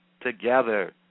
together